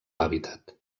hàbitat